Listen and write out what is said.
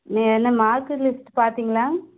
நீங்கள் என்ன mark list பார்த்தீங்களா